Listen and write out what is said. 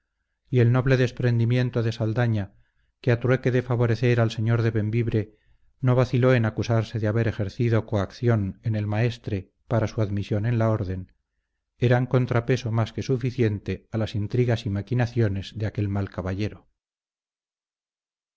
y el noble desprendimiento de saldaña que a trueque de favorecer al señor de bembibre no vaciló en acusarse de haber ejercido coacción en el maestre para su admisión en la orden eran contrapeso más que suficiente a las intrigas y maquinaciones de aquel mal caballero